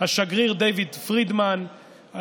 השגריר דייוויד פרידמן,